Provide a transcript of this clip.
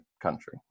country